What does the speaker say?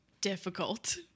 difficult